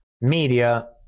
media